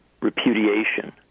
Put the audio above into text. repudiation